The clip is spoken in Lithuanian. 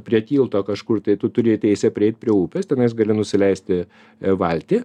prie tilto kažkur tai tu turi teisę prieit prie upės tenais gali nusileisti valtį